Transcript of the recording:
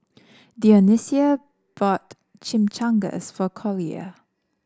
Dionicio bought Chimichangas for Collier